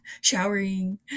showering